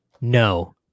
No